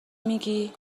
میگی